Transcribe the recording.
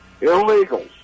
Illegals